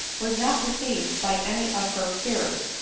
was not received by any of her hearers,